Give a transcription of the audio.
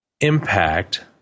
impact